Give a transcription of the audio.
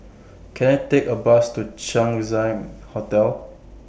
Can I Take A Bus to Chang Ziang Hotel